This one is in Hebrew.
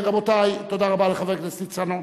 רבותי, תודה רבה לחבר הכנסת ניצן.